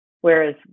whereas